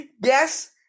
Guess